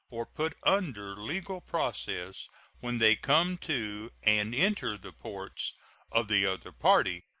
or put under legal process when they come to and enter the ports of the other party,